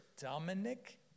Dominic